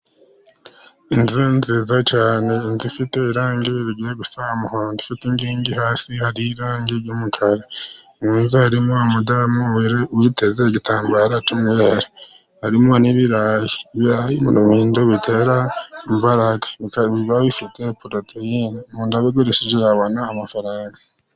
inzu nziza cyane, inzu ifite irangi rigiye gusa umuhondo. Ifite inkingi. Hasi hari irangi ry'umukara. mu nzu harimo umudamu witeze igitambaro cy'umweru. Harimo n'ibirayi . Ibirayi biri mu bintu bitera imbaraga, bikaba bifite poroteyine. Umuntu abigurishije yabona amafaranga.